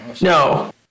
No